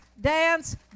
dance